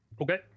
Okay